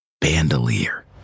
bandolier